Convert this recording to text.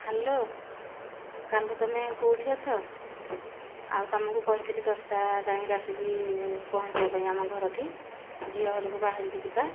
hello Kalu ତୁମେ କେଉଁଠି ଅଛ ଆଉ ତୁମକୁ କହିଥିଲି ଦଶଟା ଟାଇମିରେ ଆସିକି ପହଁଞ୍ଚିବା ପାଇଁ ଆମ ଘରଠି ଝିଅ ଘରକୁ ବାହାରିକି ଯିବା